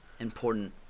important